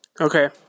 Okay